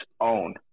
own